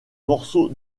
morceau